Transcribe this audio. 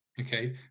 Okay